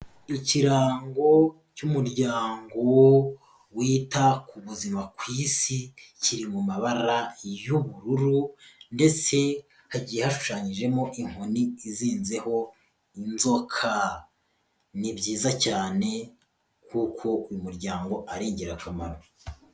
Ikirango cy'umuryango wita ku buzima ku Isi, kiri mu mabara y'ubururu ndetse hagiye hashushanyijemo inkoni izinzeho inzoka, ni byiza cyane kuko umuryango ari ingirakamaro.